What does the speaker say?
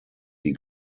die